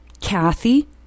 Kathy